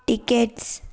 tickets